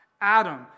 Adam